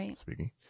speaking